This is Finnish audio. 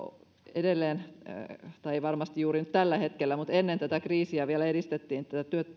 edelleen edistetään tai ei varmasti juuri nyt tällä hetkellä mutta ennen tätä kriisiä vielä edistettiin